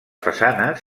façanes